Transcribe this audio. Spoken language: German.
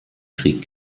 krieg